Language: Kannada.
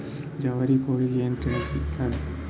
ಜವಾರಿ ಕೋಳಿಗಿ ಏನ್ ರೇಟ್ ಸಿಗ್ತದ?